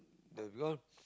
the ground